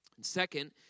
Second